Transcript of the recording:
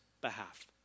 behalf